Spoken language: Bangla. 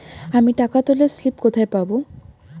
আমি টাকা তোলার স্লিপ কোথায় পাবো?